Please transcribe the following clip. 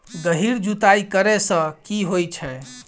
गहिर जुताई करैय सँ की होइ छै?